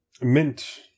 Mint